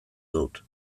dut